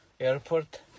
airport